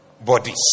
bodies